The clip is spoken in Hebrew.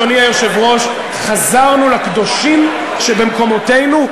אדוני היושב-ראש: חזרנו לקדושים שבמקומותינו,